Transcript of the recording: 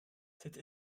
cette